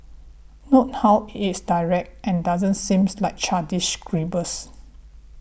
note how it is direct and doesn't seem like childish scribbles